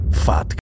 fat